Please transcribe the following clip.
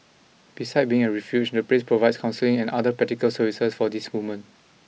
beside being a refuge the place provides counselling and other practical services for these women